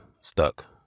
stuck